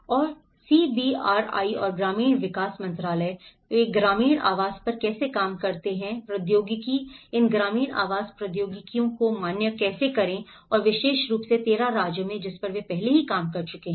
और सीबीआरआई और ग्रामीण विकास मंत्रालय वे ग्रामीण आवास पर कैसे काम करते हैं प्रौद्योगिकी इन ग्रामीण आवास प्रौद्योगिकियों को मान्य कैसे करें और विशेष रूप से 13 राज्यों में जिस पर वे पहले ही काम कर चुके हैं